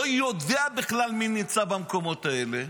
לא יודע בכלל מי נמצא במקומות האלה.